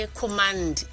command